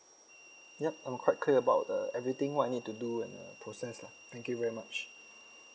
yup I'm quite clear about the everything what I need to do and uh process lah thank you very much